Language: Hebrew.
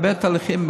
הרבה תהליכים,